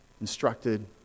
instructed